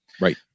Right